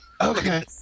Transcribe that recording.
Okay